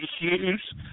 issues